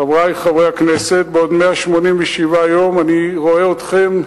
חברי חברי הכנסת, בעוד 187 יום אני רואה אתכם,